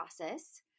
process